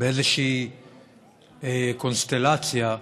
באיזושהי קונסטלציה,